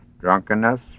drunkenness